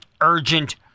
urgent